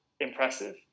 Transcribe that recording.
impressive